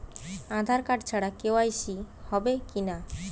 আধার card ছাড়া KYC হবে কিনা?